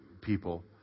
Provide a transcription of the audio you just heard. people